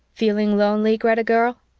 feeling lonely, greta girl?